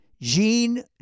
Gene